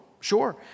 Sure